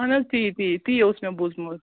اَہن حظ تی تی تی اوس مےٚ بوٗزمُت